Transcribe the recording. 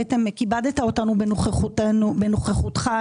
כיבדת אותנו בנוכחותך,